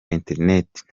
internet